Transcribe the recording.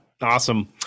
Awesome